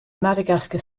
madagascar